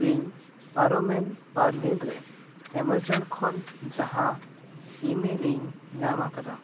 ᱤᱧ ᱯᱟᱨᱚᱢᱮᱱ ᱵᱟᱨ ᱫᱤᱱᱨᱮ ᱮᱢᱟᱡᱚᱱ ᱠᱷᱚᱱ ᱡᱟᱦᱟᱸ ᱤᱢᱮᱞ ᱤᱧ ᱧᱟᱢ ᱟᱠᱟᱫᱟ